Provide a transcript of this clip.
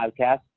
podcast